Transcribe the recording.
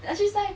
that suicide